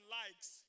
likes